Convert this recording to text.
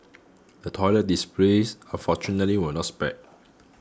the toilet displays unfortunately were not spared